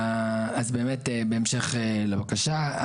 אז באמת בהמשך לבקשה,